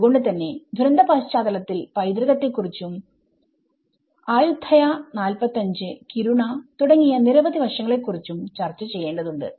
അത്കൊണ്ട് തന്നെ ദുരന്ത പശ്ചാതലത്തിൽ പൈതൃകത്തെ കുറിച്ചുംആയുത്ഥയ 945 കിരുണ തുടങ്ങിയ നിരവധി വശങ്ങളെ കുറിച്ചും ചർച്ച ചെയ്യേണ്ടതുണ്ട്